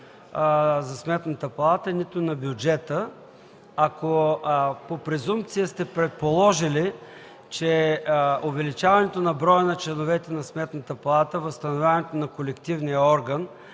за Сметната палата, нито на бюджета. Ако по презумпция сте предположили, че увеличаването на броя на членовете на Сметната палата от възстановяването на колективния орган